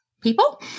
people